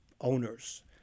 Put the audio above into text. owners